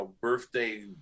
birthday